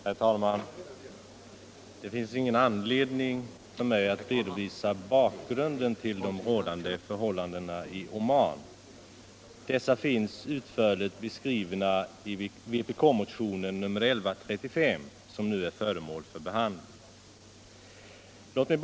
Herr talman! Det finns ingen anledning för mig att redovisa bakgrunden till de rådande förhållandena i Oman. Dessa finns utförligt beskrivna i vpk-motionen 1135, som nu är föremål för behandling i kammaren.